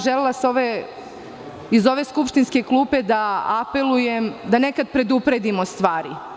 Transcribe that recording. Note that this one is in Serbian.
Želela bih iz ove skupštinske klupe da apelujem da nekada predupredimo stvari.